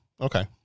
okay